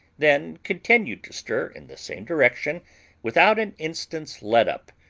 then continue to stir in the same direction without an instant's letup,